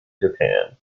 japan